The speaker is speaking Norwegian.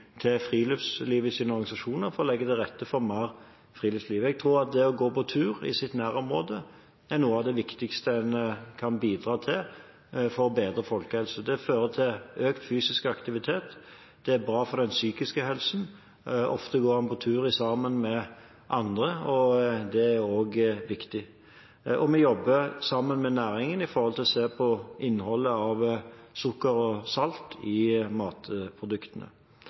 til friluftslivets organisasjoner, for å legge til rette for mer friluftsliv. Jeg tror at det å gå på tur i sitt nærområde er noe av det viktigste en kan bidra til for bedre folkehelse. Det fører til økt fysisk aktivitet. Det er bra for den psykiske helsen – ofte går en på tur sammen med andre, og det er også viktig. Vi jobber også sammen med næringen for å se på innholdet av sukker og salt i matproduktene.